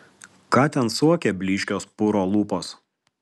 ką ten suokia blyškios puro lūpos